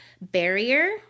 barrier